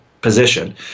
position